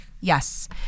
Yes